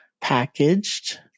packaged